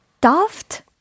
Daft